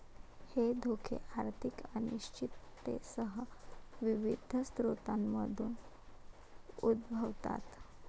हे धोके आर्थिक अनिश्चिततेसह विविध स्रोतांमधून उद्भवतात